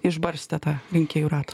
išbarstė tą rinkėjų ratą